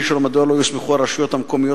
רצוני לשאול: מדוע לא יוסמכו הרשויות המקומיות